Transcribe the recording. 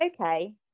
okay